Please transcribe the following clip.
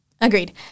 Agreed